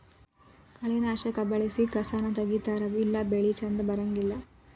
ಕಳೆನಾಶಕಾ ಬಳಸಿ ಕಸಾನ ತಗಿತಾರ ಇಲ್ಲಾ ಬೆಳಿ ಚಂದ ಬರಂಗಿಲ್ಲಾ